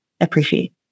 appreciate